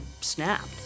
snapped